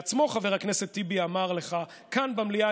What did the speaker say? חבר הכנסת טיבי בעצמו אמר לך כאן במליאה,